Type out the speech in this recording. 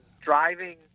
driving